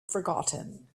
forgotten